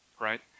right